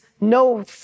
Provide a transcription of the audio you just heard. no